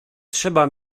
trzeba